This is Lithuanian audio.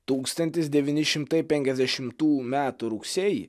tūkstantis devyni šimtai penkiasdešimtų metų rugsėjį